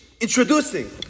introducing